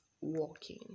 walking